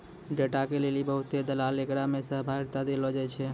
data के लेली बहुते दलाल एकरा मे सहभागिता देलो जाय छै